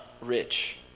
rich